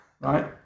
Right